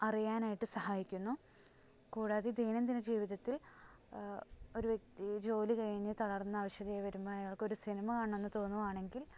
അറിയാനായിട്ട് സഹായിക്കുന്നു കൂടാതെ ദൈനന്തിന ജീവിതത്തിൽ ഒരു വ്യക്തി ജോലി കഴിഞ്ഞു തളർന്നവശതയായി വരുമ്പോൾ അയാൾക്കൊരു സിനിമ കാണണമെന്നു തോന്നുകയാണെങ്കിൽ